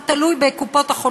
זה תלוי בקופות-החולים,